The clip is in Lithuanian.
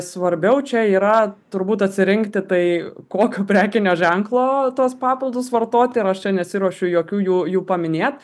svarbiau čia yra turbūt atsirinkti tai kokio prekinio ženklo tuos papildus vartoti ir aš čia nesiruošiu jokių jų jų paminėt